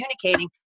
communicating